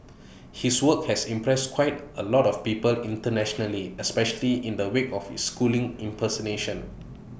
his work has impressed quite A lot of people internationally especially in the wake of his schooling impersonation